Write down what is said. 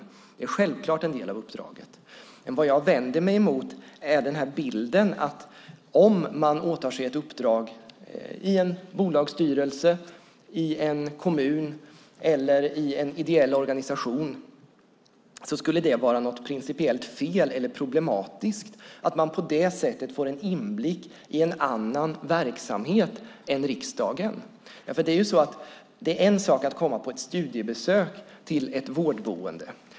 Det är självfallet en del av uppdraget. Det jag vänder mig mot är bilden att om man åtar sig ett uppdrag, i ett bolags styrelse, i en kommun eller i en ideell organisation, skulle det vara principiellt fel, eller i alla fall problematiskt, när man på det sättet får en inblick i en annan verksamhet än den i riksdagen. Det är en sak att göra studiebesök på ett vårdboende.